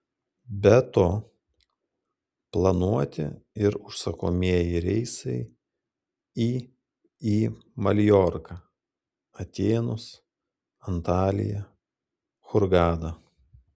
be to planuoti ir užsakomieji reisai į į maljorką atėnus antaliją hurgadą